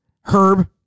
Herb